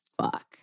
fuck